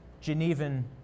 Genevan